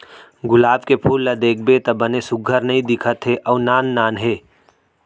गुलाब के फूल ल देखबे त बने सुग्घर नइ दिखत हे अउ नान नान हे